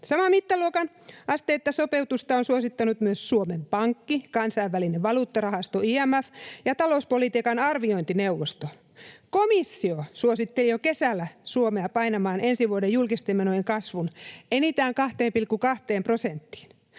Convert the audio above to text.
Saman mittaluokan asteista sopeutusta ovat suosittaneet myös Suomen Pankki, Kansainvälinen valuuttarahasto, IMF, ja talouspolitiikan arviointineuvosto. Komissio suositteli jo kesällä Suomea painamaan ensi vuoden julkisten menojen kasvun enintään 2,2 prosenttiin.